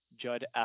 Judd